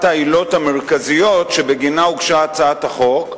העילות המרכזיות שבגינן הוגשה הצעת החוק,